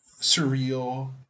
surreal